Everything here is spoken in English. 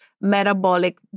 metabolic